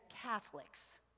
Catholics